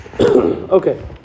Okay